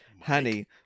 Honey